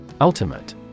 Ultimate